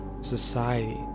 society